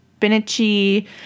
spinachy